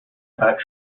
about